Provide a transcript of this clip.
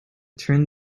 turn